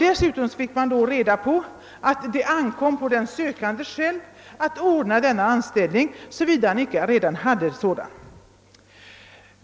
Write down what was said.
Dessutom fick man reda på att det ankom på den sökande själv att ordna denna anställning, såvitt han inte redan hade en sådan.